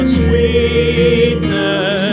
sweetness